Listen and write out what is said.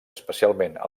especialment